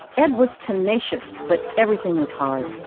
ed was tenacious, but everything was hard.